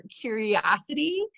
curiosity